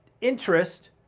interest